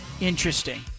Interesting